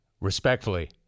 respectfully